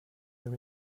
are